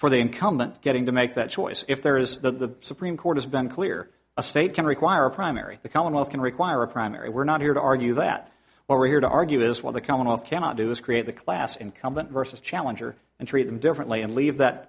for the incumbent getting to make that choice if there is the supreme court has been clear a state can require a primary the commonwealth can require a primary we're not here to argue that what we're here to argue is what the commonwealth cannot do is create the class incumbent versus challenger and treat them differently and leave that